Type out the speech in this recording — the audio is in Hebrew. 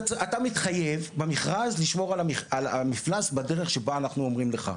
אתה מתחייב במכרז לשמור על המפלס בדרך שבה אנחנו אומרים לך,